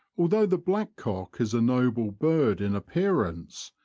although the blackcock is a noble bird in appearance,